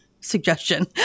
suggestion